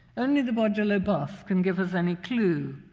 only the bargello bust can give us any clue.